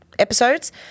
Episodes